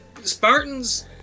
Spartans